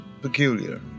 peculiar